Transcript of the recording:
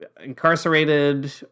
incarcerated